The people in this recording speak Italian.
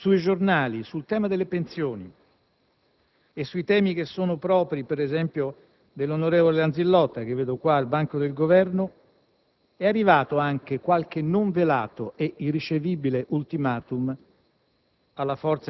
sui giornali, sul tema delle pensioni e sui temi che sono propri, ad esempio, dell'onorevole Lanzillotta, che vedo presente al banco del Governo, è arrivato anche qualche non velato e irricevibile *ultimatum*